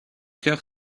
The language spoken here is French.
cœur